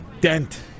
dent